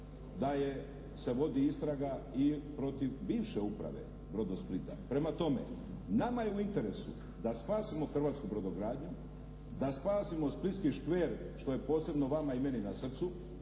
da se vodi istraga i protiv bivše uprave "Brodosplita". Prema tome nama je u interesu da spasimo hrvatsku brodogradnju, da spasimo splitski škver što je posebno vama i meni na srcu,